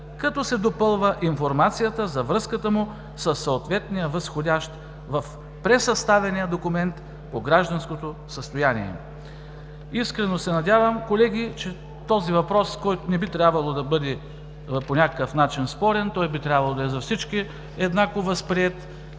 като се допълва информацията за връзката му със съответния възходящ в пресъставения документ по гражданското състояние. Искрено се надявам, колеги, че този въпрос, който не би трябвало да бъде спорен по някакъв начин, той би трябвало да е за всички еднакво възприет